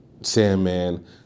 Sandman